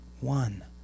one